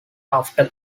after